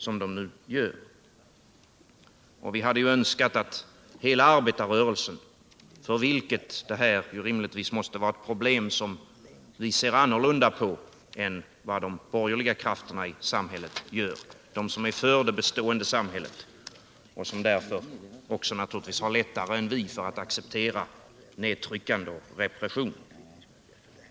Vi hade önskat att det rått enighet om dessa problem inom hela arbetarrörelsen, för vilken det här rimligtvis måste vara problem som vi ser annorlunda på än vad de borgerliga krafterna i samhället gör — de som är för det bestående samhället och som därför naturligtvis också har lättare än vi för att acceptera nedtryckande och repression.